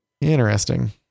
Interesting